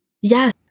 yes